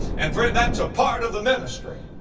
and friend that's a part of the ministry.